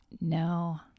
No